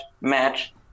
match